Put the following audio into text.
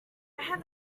had